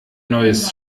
neues